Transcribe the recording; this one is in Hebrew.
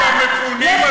גם במפונים את מתעללת.